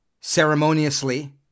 ceremoniously